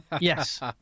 Yes